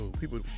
People